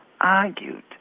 argued